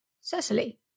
Cecily